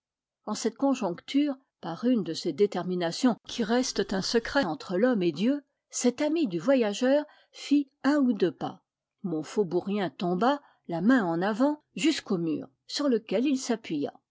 en cette conjoncture par une de ces déterminations qui restent un secret entre l'homme et dieu cet ami du voyageur fit un ou deux pas mon faubourien tomba la main en avant jusqu'au mur sur lequel il s'appuya